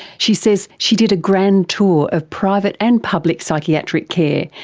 she says she did a grand tour of private and public psychiatric care,